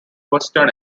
western